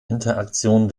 interaktion